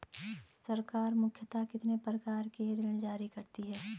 सरकार मुख्यतः कितने प्रकार के ऋण जारी करती हैं?